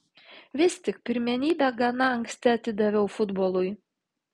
vis tik pirmenybę gana anksti atidaviau futbolui